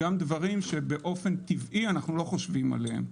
וגם בדברים שבאופן טבעי אנחנו לא חושבים עליהם.